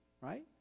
right